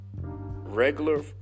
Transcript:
Regular